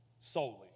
solely